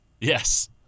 Yes